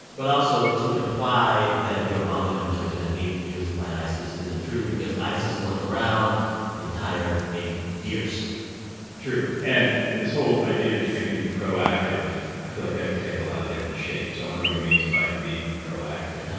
but, also, to imply that the obama administration had eight years to fight isis isn't true because isis wasn't around the entire eight years true right and this whole idea that you're going to be proactive i feel like that could take a lot of different shapes. i wonder what he means by being proactive and